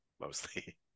Mostly